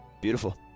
Beautiful